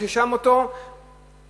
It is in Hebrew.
זה שעורך לו את השומה,